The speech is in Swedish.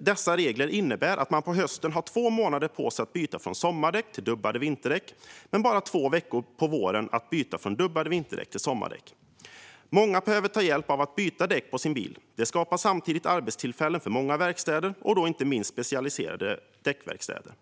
dessa regler innebär att man på hösten har två månader på sig att byta från sommardäck till dubbade vinterdäck men bara två veckor på våren för att byta från dubbade vinterdäck till sommardäck. Många behöver hjälp med att byta däck på sin bil. Det skapar samtidigt arbetstillfällen för många verkstäder, inte minst specialiserade däckverkstäder.